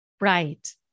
Right